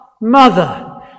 mother